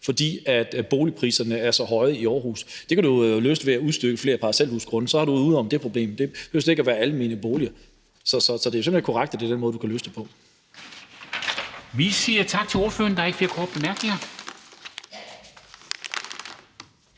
fordi boligpriserne er så høje i Aarhus. Det kan du løse ved at udstykke flere parcelhusgrunde, for så er du jo ude over det problem. Det behøver slet ikke at være almene boliger. Så det er simpelt korrekt, at det er den måde, du kan løse det på. Kl. 18:12 Formanden (Henrik Dam Kristensen):